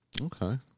Okay